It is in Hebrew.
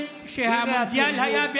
( פה, פה